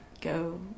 go